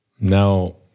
Now